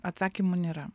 atsakymų nėra